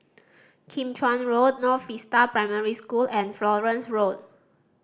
Kim Chuan Road North Vista Primary School and Florence Road